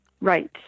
Right